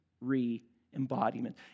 re-embodiment